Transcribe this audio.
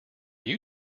you